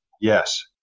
Yes